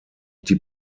die